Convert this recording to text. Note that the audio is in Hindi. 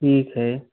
ठीक है